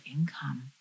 income